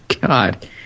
God